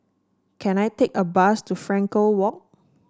can I take a bus to Frankel Walk